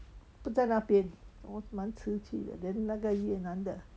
不在那边我蛮迟去的 then 那个越南的